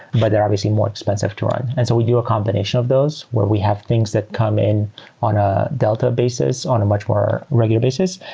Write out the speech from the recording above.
but they're obviously more expensive to run. and so we do a combination of those where we have things that come in on a delta basis, on a much more regular basis,